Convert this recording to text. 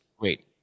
wait